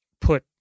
put